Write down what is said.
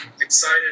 excited